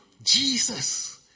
Jesus